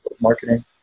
marketing